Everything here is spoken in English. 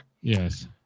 yes